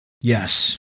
Yes